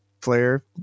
player